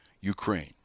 Ukraine